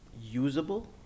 usable